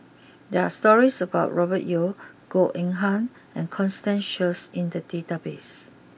there are stories about Robert Yeo Goh Eng Han and Constance Sheares in the databases